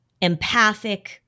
empathic